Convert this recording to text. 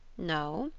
no,